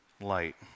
Light